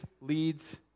leads